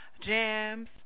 jams